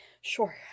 Sure